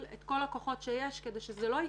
את כל הכוחות שיש כדי שזה לא יקרה.